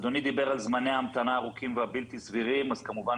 אדוני דיבר על זמני המתנה הארוכים והבלתי סבירים אז כמובן